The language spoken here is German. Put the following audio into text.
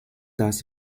das